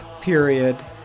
period